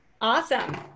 Awesome